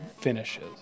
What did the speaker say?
finishes